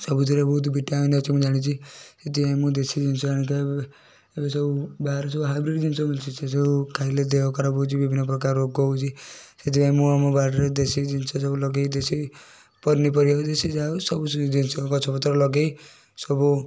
ସବୁଥିରେ ବହୁତ ଭିଟାମିନ୍ ଅଛି ମୁଁ ଜାଣିଛି ସେଥିପାଇଁ ମୁଁ ଦେଶୀ ଜିନିଷ ଆଣିଥାଏ ଏବେ ସବୁ ବାହାରେ ସବୁ ହାଇବ୍ରିଡ଼୍ ଜିନିଷ ମିଳୁଛି ସେ ସବୁ ଖାଇଲେ ଦେହ ଖରାପ ହେଉଛି ବିଭିନ୍ନ ପ୍ରକାର ରୋଗ ହେଉଛି ସେଥିପାଇଁ ମୁଁ ଆମ ବାଡ଼ିରେ ଦେଶୀ ଜିନିଷ ସବୁ ଲଗାଏ ଦେଶୀ ପନିପରିବା ଦେଶୀ ଯାହା ହେଉ ସବୁ ଗଛପତ୍ର ଲଗେଇ ସବୁ